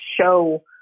show